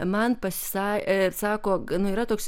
man pasa sako nu yra toks